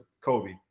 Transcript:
Kobe